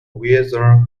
weather